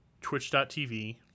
Twitch.tv